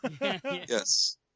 Yes